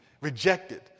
rejected